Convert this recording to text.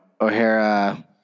O'Hara